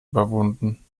überwunden